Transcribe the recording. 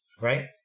right